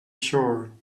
sure